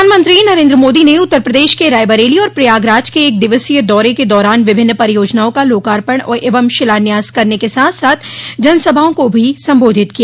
प्रधानमंत्री नरेन्द्र मोदी ने उत्तर प्रदेश के रायबरेली और प्रयागराज के एक दिवसीय दौरे के दौरान विभिन्न परियोजनाओं का लोकार्पण एवं शिलान्यास करने के साथ साथ जनसभाओं को भी संबोधित किया